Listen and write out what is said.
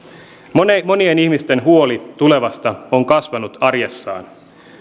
monien monien ihmisten huoli tulevasta on kasvanut arjessaan